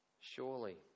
Surely